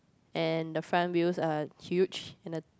and the front wheels are huge and the